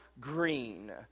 green